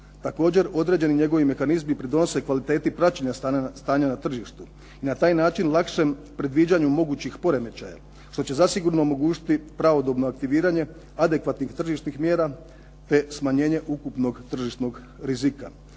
Također, određeni njegovi mehanizmi pridonose kvaliteti praćenja stanja na tržištu i na taj način lakšem predviđanju mogućih poremećaja što će zasigurno omogućiti pravodobno aktiviranje adekvatnih tržišnih mjera te smanjenje ukupnog tržišnog rizika.